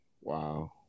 Wow